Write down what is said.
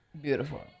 beautiful